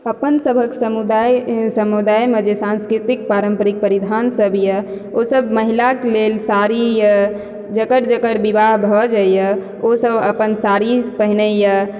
अपन सबहक समुदाय समुदायमे जे साँस्कृतिक पारम्परिक परिधान सब यऽ ओ सब महिलाके लेल साड़ी यऽ जकर जकर विवाह भऽ जाइया ओ सब अपन साड़ी पहिनैया